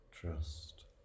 trust